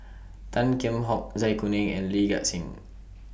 Tan Kheam Hock Zai Kuning and Lee Gek Seng